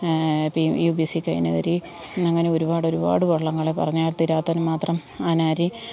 P U P C Kainakari അങ്ങനെ ഒരുപാട് ഒരുപാട് വള്ളങ്ങ പറഞ്ഞാൽ തീരാത്തതിനും മാത്രം അനാരി